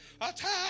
attack